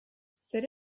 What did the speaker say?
zer